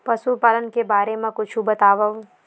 पशुपालन के बारे मा कुछु बतावव?